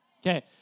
Okay